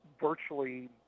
virtually